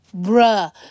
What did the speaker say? bruh